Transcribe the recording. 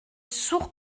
sourd